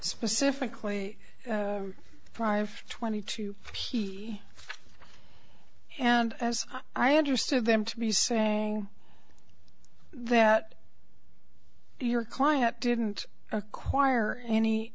specifically prive twenty two and as i understood them to be saying that your client didn't acquire any